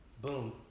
boom